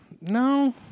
no